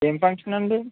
ఎం function అండీ